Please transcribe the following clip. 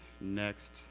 next